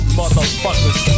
motherfuckers